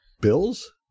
bills